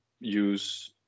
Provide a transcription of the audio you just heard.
use